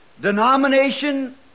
denomination